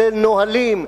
כולל נהלים,